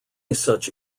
such